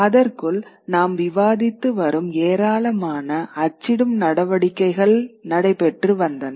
அதற்குள் நாம் விவாதித்து வரும் ஏராளமான அச்சிடும் நடவடிக்கைகள் நடைபெற்று வந்தன